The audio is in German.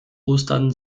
ostern